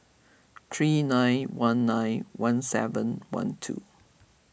three nine one nine one seven one two